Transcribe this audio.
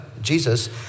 Jesus